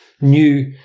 new